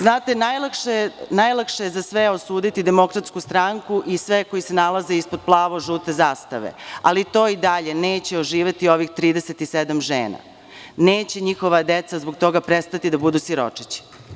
Znate, najlakše je za sve osuditi DS i sve koji se nalaze ispod plavo-žute zastave ali to i dalje neće oživeti ovih 37 žena, neće njihova deca zbog toga prestati da budu siročići.